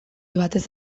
batez